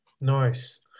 nice